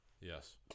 Yes